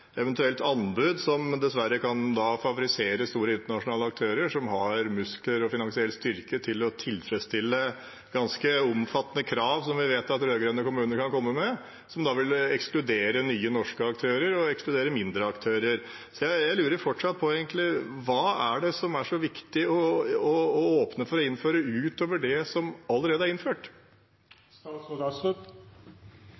eventuelt anbud. Det kan dessverre favorisere store, internasjonale aktører som har muskler og finansiell styrke til å tilfredsstille ganske omfattende krav som vi vet at rød-grønne kommuner kan komme med, som da vil ekskludere både nye, norske aktører og mindre aktører. Jeg lurer fortsatt på: Hva er det som er så viktig å åpne for å innføre, utover det som allerede er innført?